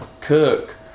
cook